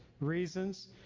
reasons